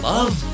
Love